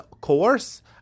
coerce